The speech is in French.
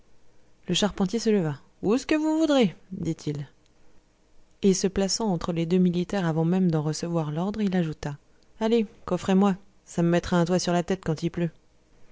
le charpentier se leva ousque vous voudrez dit-il et se plaçant entre les deux militaires avant même d'en recevoir l'ordre il ajouta allez coffrez moi ça me mettra un toit sur la tête quand il pleut